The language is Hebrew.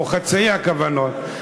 או חצי הכוונות.